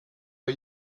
are